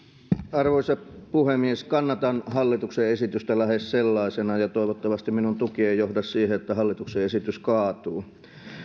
arvoisa puhemies kannatan hallituksen esitystä lähes sellaisenaan ja toivottavasti minun tukeni ei johda siihen että hallituksen esitys kaatuu